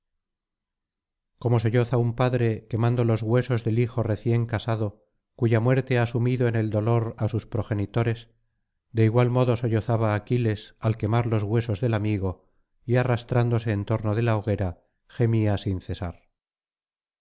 como solloza un padre quemando los huesos del hijo recién casado cuya muerte ha sumido en el dolor á sus progenitores de igual modo sollozaba aquiles al quemar los huesos del amigo y arrastrándose en torno de la hoguera gemía sin cesar